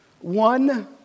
one